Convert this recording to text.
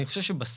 אני חושב שבסוף,